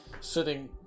sitting